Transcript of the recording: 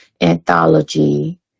anthology